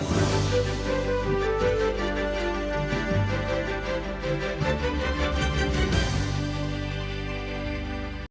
Дякую,